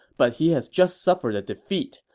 but he has just suffered a defeat.